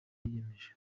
yiyemeje